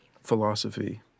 philosophy